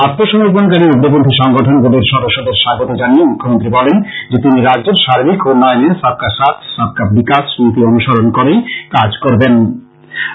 আত্ম সমর্পনকারী উগ্রপন্থী সংগঠন গুলির সদস্যদের স্বাগত জানিয়ে মৃখ্যমন্ত্রী বলেন যে তিনি রাজ্যের সার্বিক উন্নয়নে সব কা সাথ সব কা বিকাশ নীতি অনুকরণ করেই কাজ করবেন